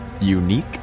unique